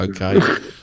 Okay